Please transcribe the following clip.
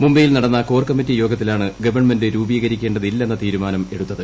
മുംബൈയിൽ നടന്ന കോർകമ്മിറ്റി യോഗത്തിലാണ് ഗവൺമെന്റ് രൂപീകരിക്കേ ിതല്ലെന്ന തീരുമാനം എടുത്തത്